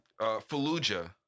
Fallujah